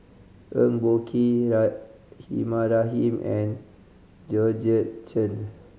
Eng Boh Kee Rahimah Rahim and Georgette Chen